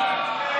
(30)